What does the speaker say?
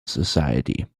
society